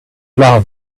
love